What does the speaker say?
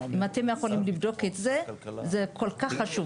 אם אתם יכולים לבדוק את זה זה כל כך חשוב.